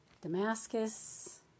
Damascus